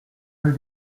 rue